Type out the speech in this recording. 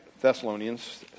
Thessalonians